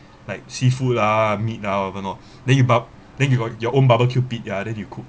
like seafood ah meat ah whatever not then you bar~ then you got your own barbecue pit yeah then you cook